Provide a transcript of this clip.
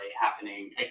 happening